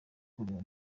kureba